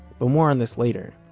but more on this later